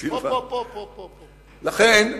לכן,